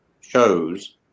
shows